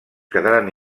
quedaren